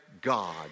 God